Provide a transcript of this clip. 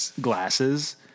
glasses